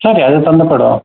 ಸರಿ ಅದು ತಂದು ಕೊಡುವ